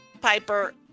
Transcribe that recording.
Piper